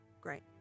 Great